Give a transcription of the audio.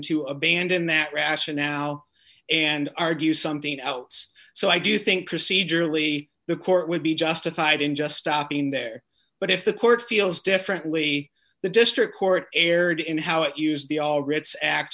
to abandon that rationale and argue something else so i do think procedurally the court would be justified in just stopping there but if the court feels differently the district court erred in how it used the all writs act